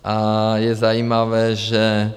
A je zajímavé, že...